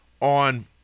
on